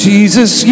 Jesus